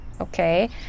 Okay